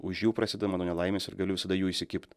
už jų prasideda mano nelaimės ir galiu visada jų įsikibt